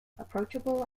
approachable